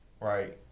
right